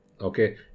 Okay